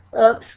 oops